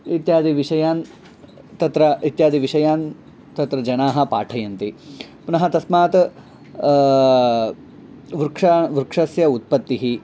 इत्यादिविषयान् तत्र इत्यादिविषयान् तत्र जनाः पाठयन्ति पुनः तस्मात् वृक्षा वृक्षस्य उत्पत्तिः